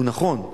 הן נכונות,